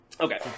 Okay